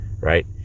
Right